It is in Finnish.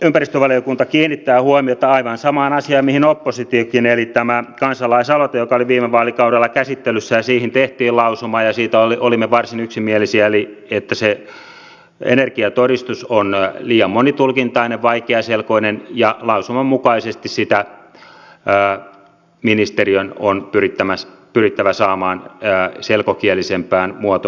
ympäristövaliokunta kiinnittää huomiota aivan samaan asiaan mihin oppositiokin eli tähän kansalaisaloitteeseen joka oli viime vaalikaudella käsittelyssä ja siihen tehtiin lausuma ja siitä olimme varsin yksimielisiä että se energiatodistus on liian monitulkintainen vaikeaselkoinen ja lausuman mukaisesti sitä ministeriön on pyrittävä saamaan selkokielisempään muotoon